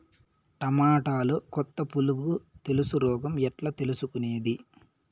టమోటాలో కొత్త పులుగు తెలుసు రోగం ఎట్లా తెలుసుకునేది?